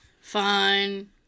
Fine